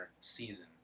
season